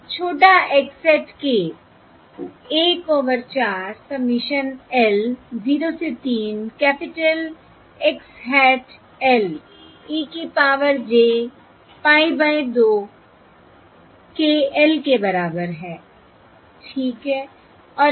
छोटा x hat k 1 over 4 submission l 0 से 3 capital X hat l e की power j pie by 2 k l के बराबर है ठीक है